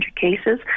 cases